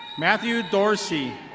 matthew dorsey.